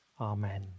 Amen